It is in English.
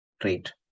trait